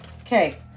Okay